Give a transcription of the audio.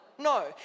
No